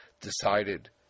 decided